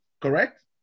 correct